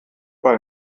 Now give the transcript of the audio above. bei